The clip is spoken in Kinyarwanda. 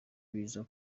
biza